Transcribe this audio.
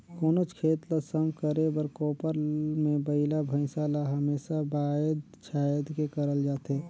कोनोच खेत ल सम करे बर कोपर मे बइला भइसा ल हमेसा बाएध छाएद के करल जाथे